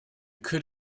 could